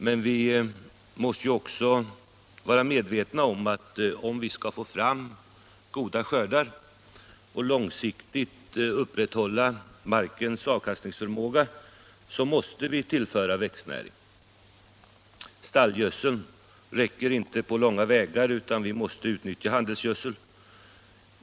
Men vi måste ju också vara medvetna om att om vi skall få goda skördar och långsiktigt kunna upprätthålla markens avkastningsförmåga måste vi tillföra växtnäring. Stallgödseln räcker inte på långa vägar, utan vi måste utnyttja handelsgödsel.